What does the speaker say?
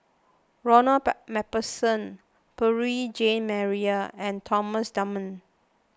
Ronald MacPherson Beurel Jean Marie and Thomas Dunman